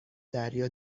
دریا